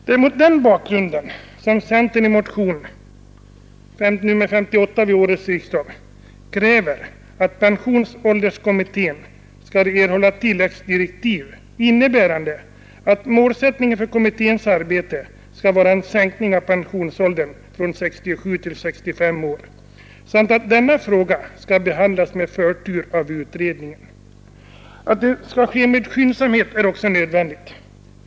Det är mot den bakgrunden som centern i motionen 58 vid årets riksdag kräver att pensionsålderskommittén skall erhålla tilläggsdirektiv, innebärande att målsättningen för kommitténs arbete skall vara en sänkning av pensionsåldern från 67 till 65 år samt att denna fråga skall behandlas med förtur av kommittén. Att det skall ske med skyndsamhet är också nödvändigt.